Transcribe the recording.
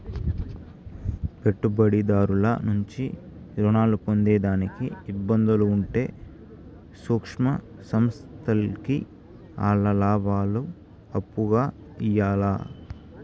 పెట్టుబడిదారుల నుంచి రుణాలు పొందేదానికి ఇబ్బందులు ఉంటే సూక్ష్మ సంస్థల్కి ఆల్ల లాబాలు అప్పుగా ఇయ్యాల్ల